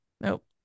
Nope